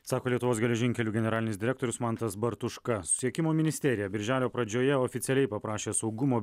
sako lietuvos geležinkelių generalinis direktorius mantas bartuška susisiekimo ministerija birželio pradžioje oficialiai paprašė saugumo